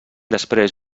després